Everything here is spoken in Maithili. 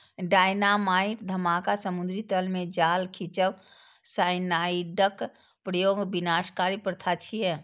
डायनामाइट धमाका, समुद्री तल मे जाल खींचब, साइनाइडक प्रयोग विनाशकारी प्रथा छियै